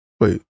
Wait